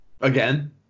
Again